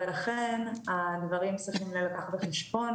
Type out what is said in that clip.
ולכן הדברים צריכים להילקח בחשבון